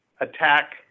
attack